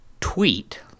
tweet